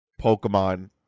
Pokemon